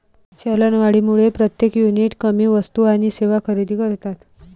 चलनवाढीमुळे प्रत्येक युनिट कमी वस्तू आणि सेवा खरेदी करतात